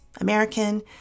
American